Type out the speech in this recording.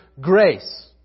grace